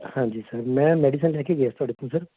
ਹਾਂਜੀ ਸਰ ਮੈਂ ਮੈਡੀਸਨ ਲੈ ਕੇ ਗਿਆ ਸੀ ਤੁਹਾਡੇ ਤੋਂ ਸਰ